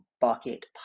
Bucket